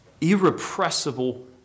irrepressible